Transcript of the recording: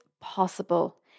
possible